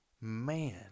Man